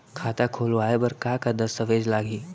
खाता खोलवाय बर का का दस्तावेज लागही?